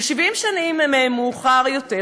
ו-70 שנים מאוחר יותר,